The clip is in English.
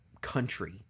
country